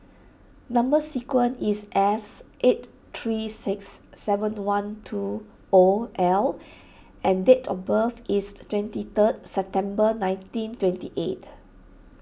Number Sequence is S eight three six seven one two O L and date of birth is twenty third September nineteen twenty eight